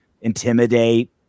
intimidate